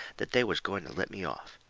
that they was going to let me off.